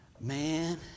Man